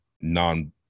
non